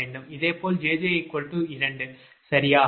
இதேபோல் jj 2 சரியா